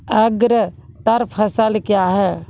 अग्रतर फसल क्या हैं?